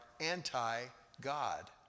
anti-God